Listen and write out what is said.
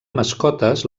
mascotes